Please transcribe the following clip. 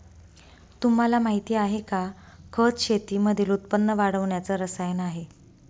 तुम्हाला माहिती आहे का? खत शेतीमधील उत्पन्न वाढवण्याच रसायन आहे